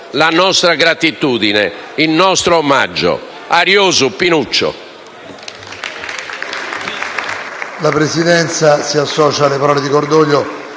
la nostra gratitudine, il nostro omaggio: *ariosu*, Pinuccio.